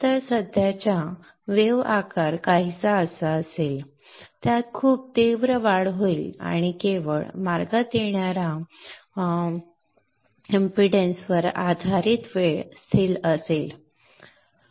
तर सध्याचा लहरी आकार काहीसा असा असेल त्यात खूप तीव्र वाढ होईल आणि केवळ मार्गात येणाऱ्या मालिका इंपॅडन्स वर आधारित वेळ स्थिर असेल